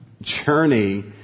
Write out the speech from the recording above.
journey